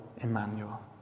Emmanuel